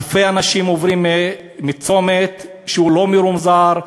אלפי אנשים עוברים בצומת שהוא לא מרומזר,